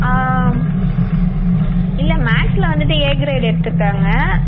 ஆ ம் இல்லை மேக்ஸில் வந்துவிட்டு ஏ க்ரேடு எடுத்திருக்காங்க